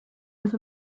with